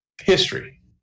History